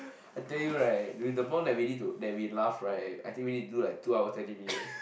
I tell you right with the amount that we need to that we laugh right I think we need to do two hours twenty minutes leh